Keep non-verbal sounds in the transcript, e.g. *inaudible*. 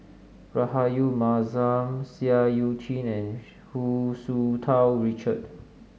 Rahayu Mahzam Seah Eu Chin and *unintelligible* Hu Tsu Tau Richard